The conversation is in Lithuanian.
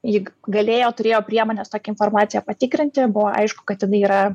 ji galėjo turėjo priemones tokią informaciją patikrinti buvo aišku kad jinai yra